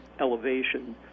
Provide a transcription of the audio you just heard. elevation